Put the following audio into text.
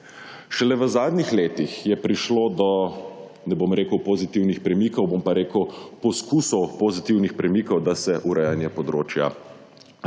Šele v zadnjih letih je prišlo do, ne bom rekel, pozitivnih primikov, bom pa rekel poskusov pozitivnih premikov, da se urejanje področja